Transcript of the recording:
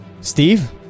Steve